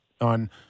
on